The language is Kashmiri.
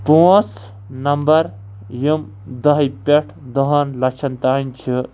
پانٛژھ نمبر یِم دَہہِ پٮ۪ٹھ دَہَن لَچھَن تانۍ چھِ